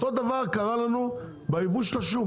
אותו דבר קרה לנו ביבוא של השום.